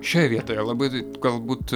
šioje vietoje labai galbūt